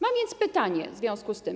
Mam więc pytanie w związku z tym.